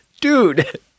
dude